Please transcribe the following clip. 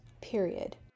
period